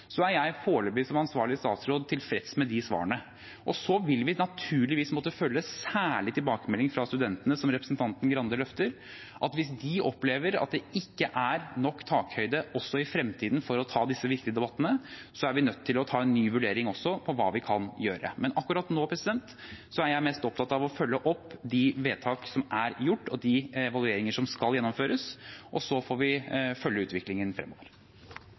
er foreløpig, som ansvarlig statsråd, tilfreds med de svarene. Så vil vi naturligvis måtte følge særlig tilbakemeldinger fra studentene, som representanten Skei Grande løfter: Hvis de opplever at det ikke er nok takhøyde også i fremtiden for å ta disse viktige debattene, er vi nødt til å ha en ny vurdering av hva vi kan gjøre. Men akkurat nå er jeg mest opptatt av å følge opp de vedtak som er gjort, og de evalueringer som skal gjennomføres, og så får vi følge utviklingen fremover.